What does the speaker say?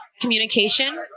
communication